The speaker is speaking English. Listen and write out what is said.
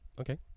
Okay